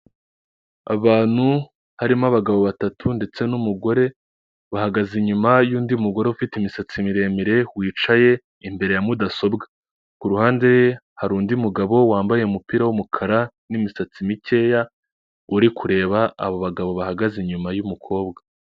Abantu harimo abagabo batatu ndetse n'umugore bahagaze inyuma y'undi mugore ufite imisatsi miremire wicaye imbere ya mudasobwa. Ku ruhande hari undi mugabo wambaye umupira w'umukara n'imisatsi mikeya uri kureba abo bagabo bahagaze inyuma y'umukobwa.